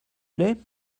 plaît